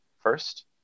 first